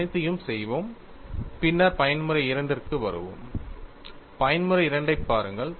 நாம் அனைத்தையும் செய்வோம் பின்னர் பயன்முறை II க்கு வருவோம் பயன்முறை II ஐப் பாருங்கள்